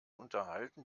unterhalten